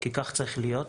כי כך צריך להיות.